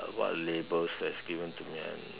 what labels that given to me ah